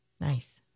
Nice